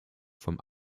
vom